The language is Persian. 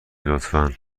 لطفا